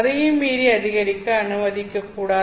அதையும் மீறி அதிகரிக்க அனுமதிக்கக்கூடாது